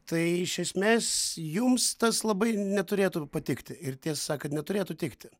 tai iš esmės jums tas labai neturėtų patikti ir tiesą sakant neturėtų tikti